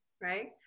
Right